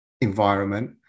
environment